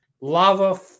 lava